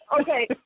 Okay